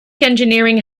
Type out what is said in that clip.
engineering